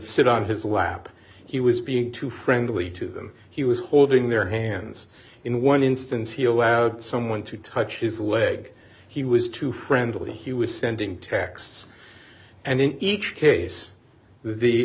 sit on his lap he was being too friendly to them he was holding their hands in one instance he allowed someone to touch his leg he was too friendly he was sending texts and in each case the